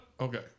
Okay